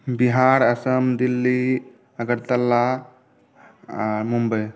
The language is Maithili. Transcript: बिहार असम दिल्ली अगरतल्ला आ मुम्बई